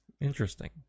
interesting